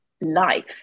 life